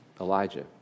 Elijah